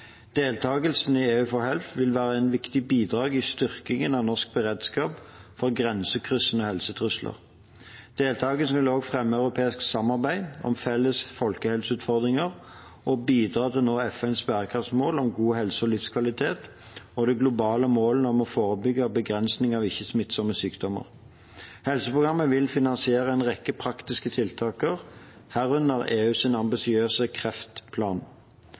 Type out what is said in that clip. Deltakelsen i EU4Health vil være et viktig bidrag i styrkingen av norsk beredskap for grensekryssende helsetrusler. Deltakelsen vil også fremme det europeiske samarbeidet om felles folkehelseutfordringer og bidra til å nå FNs bærekraftsmål om god helse og livskvalitet og de globale målene om å forebygge og begrense ikke-smittsomme sykdommer. Helseprogrammet vil finansiere en rekke praktiske tiltak, herunder EUs ambisiøse kreftplan.